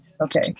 okay